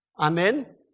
Amen